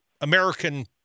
American